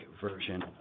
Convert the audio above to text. version